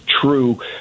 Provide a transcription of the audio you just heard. true